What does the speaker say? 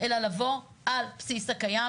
אלא לבוא על בסיס הקיים.